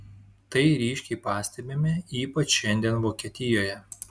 tai ryškiai pastebime ypač šiandien vokietijoje